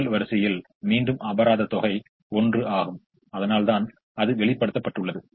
எனவே முதல் வரிசையில் மீண்டும் அபராத தொகை 1 ஆகும் அதனால் தான் அது வெளிப்படுத்தப்பட்டுள்ளது